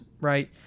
right